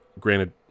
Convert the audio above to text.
Granted